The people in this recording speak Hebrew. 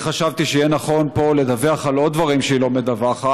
אני חשבתי שיהיה נכון פה לדווח על עוד דברים שהיא לא מדווחת,